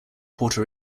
puerto